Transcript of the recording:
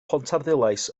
pontarddulais